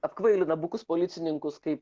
apkvailina bukus policininkus kai